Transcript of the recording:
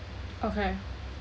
okay